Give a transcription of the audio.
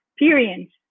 experience